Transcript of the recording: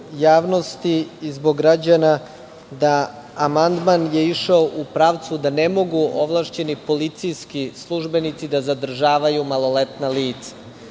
javnosti i zbog građana da kažem da je amandman išao u pravcu da ne mogu ovlašćeni policijski službenici da zadržavaju maloletna lica.